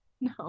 No